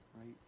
Right